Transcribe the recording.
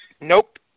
Nope